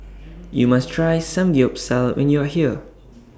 YOU must Try Samgeyopsal when YOU Are here